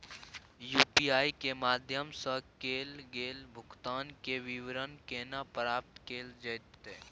UPI के माध्यम सं कैल गेल भुगतान, के विवरण केना प्राप्त कैल जेतै?